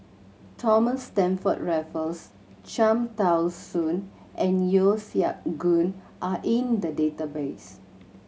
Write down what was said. Thomas Stamford Raffles Cham Tao Soon and Yeo Siak Goon are in the database